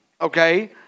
Okay